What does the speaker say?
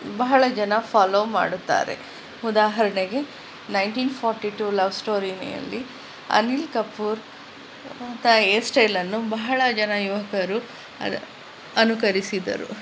ಬಹಳ ಜನ ಫಾಲೋ ಮಾಡುತ್ತಾರೆ ಉದಾಹರಣೆಗೆ ನೈನ್ಟೀನ್ ಫಾರ್ಟಿ ಟು ಲವ್ ಸ್ಟೋರಿಯಲ್ಲಿ ಅನಿಲ್ ಕಪೂರ್ನಂಥ ಏರ್ ಸ್ಟೈಲನ್ನು ಬಹಳ ಜನ ಯುವಕರು ಅನ ಅನುಕರಿಸಿದರು